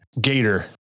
Gator